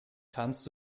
kannst